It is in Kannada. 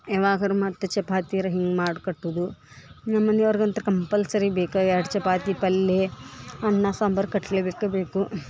ಯವಾಗರು ಮತ್ತು ಚಪಾತಿರ್ ಹಿಂಗೆ ಮಾಡಿ ಕಟ್ಟುದು ನಮ್ಮನಿಯವ್ರ್ಗಂತ್ರು ಕಂಪಲ್ಸರಿ ಬೇಕಾ ಎರಡು ಚಪಾತಿ ಪಲ್ಲೇ ಅನ್ನ ಸಾಂಬರ್ ಕಟ್ಲೆ ಬೇಕೇ ಬೇಕು